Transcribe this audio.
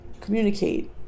communicate